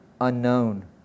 unknown